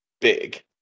big